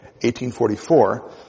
1844